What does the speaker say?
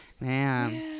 man